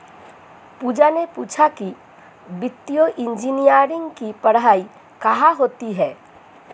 पूजा ने पूछा कि वित्तीय इंजीनियरिंग की पढ़ाई कहाँ होती है?